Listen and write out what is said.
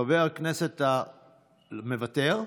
חבר הכנסת, מוותר?